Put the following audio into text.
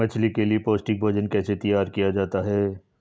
मछली के लिए पौष्टिक भोजन कैसे तैयार किया जाता है?